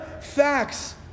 facts